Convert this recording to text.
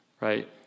right